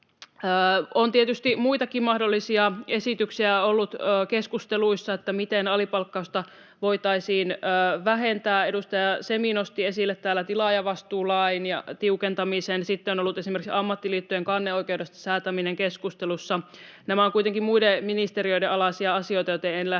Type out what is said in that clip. On tietysti muitakin mahdollisia esityksiä ollut keskusteluissa siitä, miten alipalkkausta voitaisiin vähentää. Edustaja Semi nosti esille tilaajavastuulain tiukentamisen, sitten on ollut esimerkiksi ammattiliittojen kanneoikeudesta säätäminen keskustelussa. Nämä ovat kuitenkin muiden ministeriöiden alaisia asioita, joten en lähde